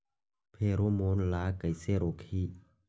Pheromone ला कइसे रोकही?